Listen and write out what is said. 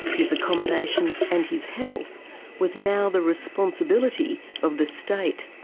his accommodation, and his health was now the responsibility of the state.